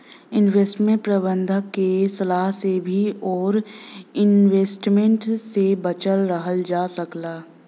investment प्रबंधक के सलाह से भी ओवर इन्वेस्टमेंट से बचल रहल जा सकला